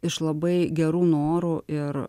iš labai gerų norų ir